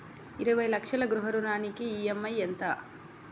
ఇరవై లక్షల గృహ రుణానికి ఈ.ఎం.ఐ ఎంత?